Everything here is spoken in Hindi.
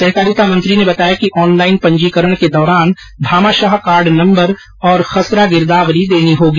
सहकारिता मंत्री ने बताया कि ऑनलाईन पंजीकरण के दौरान भामाशाह कार्ड नम्बर और खसरा गिरदावरी देनी होगी